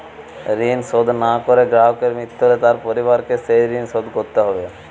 ঋণ শোধ না করে গ্রাহকের মৃত্যু হলে তার পরিবারকে সেই ঋণ শোধ করতে হবে?